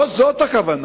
לא זאת הכוונה.